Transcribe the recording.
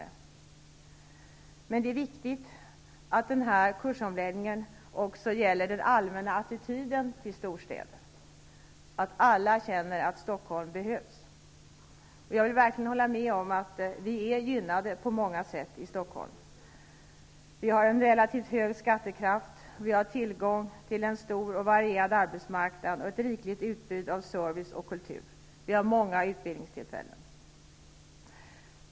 Det är emellertid viktigt att denna kursomläggning även gäller den alllmänna attityden till storstäder så att alla känner att Stockholm behövs. Jag vill verkligen hålla med om att vi är gynnade på många sätt i Stockholm. Vi har en relativt hög skattekraft. Vi har tillgång till en stor och varierad arbetsmarknad och ett rikligt utbud av service och kultur. Vi har många utbildningstillfällen.